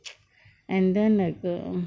and then like um